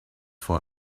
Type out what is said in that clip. for